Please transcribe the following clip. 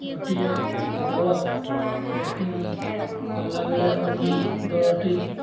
ଗୋଟିଏ ଦଳ ବ୍ୟାଟିଂ କଲାବେଳେ ଅନ୍ୟ ଦଳଟି